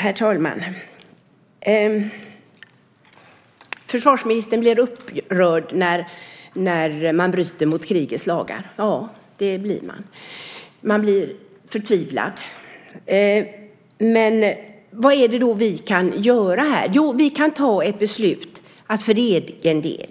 Herr talman! Försvarsministern blir upprörd när man bryter mot krigets lagar. Ja, det blir man. Man blir förtvivlad. Men vad är det vi kan göra? Jo, vi kan fatta ett beslut att för egen del